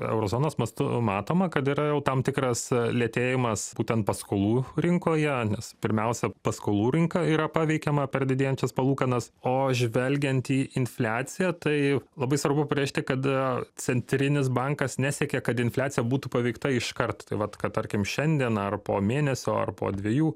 euro zonos mastu matoma kad yra jau tam tikras lėtėjimas būtent paskolų rinkoje nes pirmiausia paskolų rinka yra paveikiama per didėjančias palūkanas o žvelgiant į infliaciją tai labai svarbu pabrėžti kad centrinis bankas nesiekia kad infliacija būtų paveikta iškart tai vat kad tarkim šiandien ar po mėnesio ar po dviejų